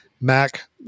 mac